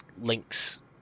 links